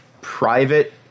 private